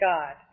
God